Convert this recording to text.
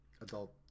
adult